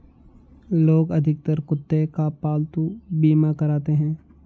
लोग अधिकतर कुत्ते का पालतू बीमा कराते हैं